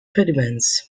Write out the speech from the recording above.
pediments